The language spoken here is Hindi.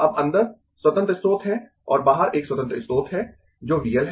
अब अंदर स्वतंत्र स्रोत हैं और बाहर एक स्वतंत्र स्रोत है जो V L है